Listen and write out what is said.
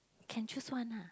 can choose one ah